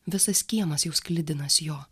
visas kiemas jau sklidinas jo